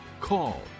call